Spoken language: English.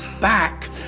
back